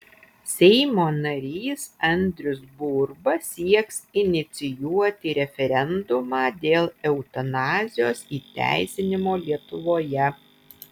seimo narys andrius burba sieks inicijuoti referendumą dėl eutanazijos įteisinimo lietuvoje